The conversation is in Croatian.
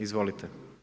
Izvolite.